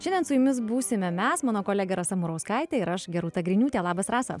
šiandien su jumis būsime mes mano kolegė rasa murauskaitė ir aš gerūta griniūtė labas rasa